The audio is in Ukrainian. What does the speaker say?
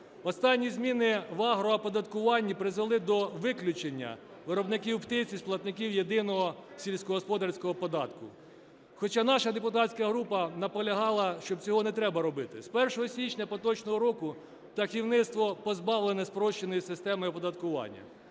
Останні зміни в агрооподаткуванні призвели до виключення виробників птиці з платників єдиного сільськогосподарського податку. Хоча наша депутатська група наполягала, що цього не треба робити. З 1 січня поточного року птахівництво позбавлене спрощеної системи оподаткування.